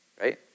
right